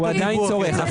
צורך.